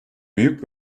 büyük